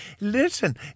Listen